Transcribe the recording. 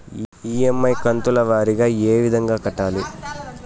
EMI కంతుల వారీగా ఏ విధంగా కట్టాలి